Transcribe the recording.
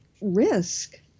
risk